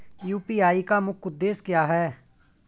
UPI का मुख्य उद्देश्य क्या है?